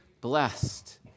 blessed